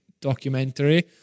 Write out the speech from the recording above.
documentary